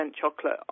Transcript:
chocolate